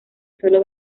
solo